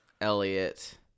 elliot